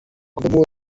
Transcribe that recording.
kuvamo